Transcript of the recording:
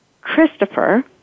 Christopher